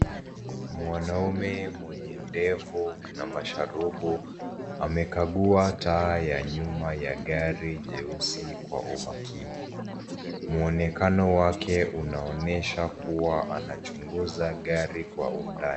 Mwanaume mwenye ndevu na masharubu amekagua taa ya nyuma ya gari jeusi kwa umakini. Muonekano wake unaonyesha kuwa anachunguza gari kwa undani.